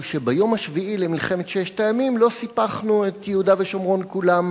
הוא שביום השביעי למלחמת ששת הימים לא סיפחנו את יהודה ושומרון כולה,